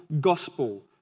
gospel